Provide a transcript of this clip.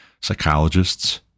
psychologists